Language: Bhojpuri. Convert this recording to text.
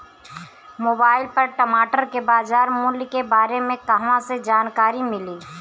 मोबाइल पर टमाटर के बजार मूल्य के बारे मे कहवा से जानकारी मिली?